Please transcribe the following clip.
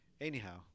Anyhow